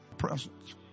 presence